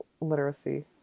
literacy